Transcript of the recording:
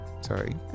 Sorry